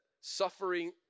suffering